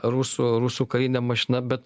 rusų rusų karinė mašina bet